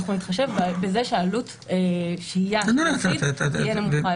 נתחשב בזה שעלות השהייה תהיה נמוכה יותר.